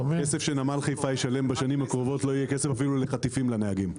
כסף שנמל חיפה ישלם בשנים הקרובות לא יהיה כסף אפילו לחטיפים לנהגים.